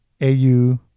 AU